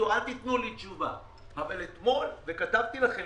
כתבתי לכם